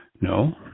No